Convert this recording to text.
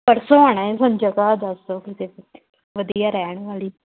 ਪਰਸੋਂ ਆਉਣਾ ਹੈ ਸਾਨੂੰ ਜਗ੍ਹਾ ਦੱਸਦੋ ਕਿੱਥੇ ਕਿੱਥੇ ਵਧੀਆ ਰਹਿਣ ਵਾਲੀ